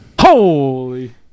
Holy